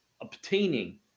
obtaining